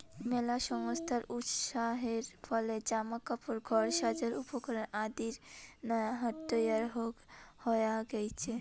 মেলা সংস্থার উৎসাহের ফলে জামা কাপড়, ঘর সাজার উপকরণ আদির নয়া হাট তৈয়ার হয়া গেইচে